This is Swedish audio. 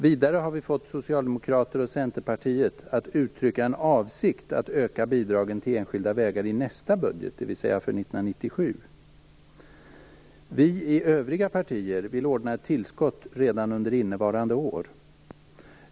Vidare har vi fått Socialdemokraterna och Centerpartiet att uttrycka en avsikt att öka bidragen till enskilda vägar i nästa budget, dvs. budgeten för 1997. Vi i de övriga partierna ville ordna ett tillskott redan under innevarande år.